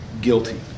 guilty